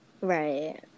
right